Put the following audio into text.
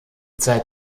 zeit